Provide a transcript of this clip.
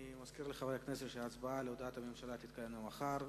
אני מזכיר לחברי הכנסת שההצבעה על הודעת הממשלה תתקיים מחר.